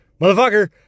motherfucker